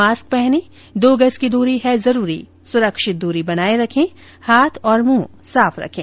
mask पहनें दो गज की दूरी है जरूरी सुरक्षित दूरी बनाए रखें हाथ और मुंह साफ रखें